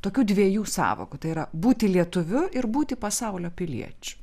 tokių dviejų sąvokų tai yra būti lietuviu ir būti pasaulio piliečiu